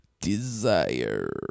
Desire